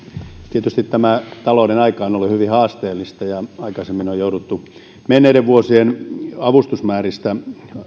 tietysti tämä talouden aika on ollut hyvin haasteellista ja aikaisemmin on jouduttu menneiden vuosien avustusmääristä